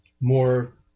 more